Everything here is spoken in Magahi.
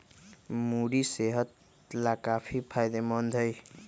मूरी सेहत लाकाफी फायदेमंद हई